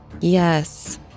Yes